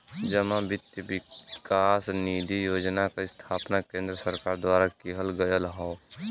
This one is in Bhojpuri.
जमा वित्त विकास निधि योजना क स्थापना केन्द्र सरकार द्वारा किहल गयल हौ